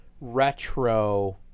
retro